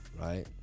right